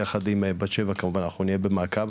יחד עם בת שבע אנחנו כמובן נהיה במעקב.